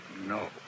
No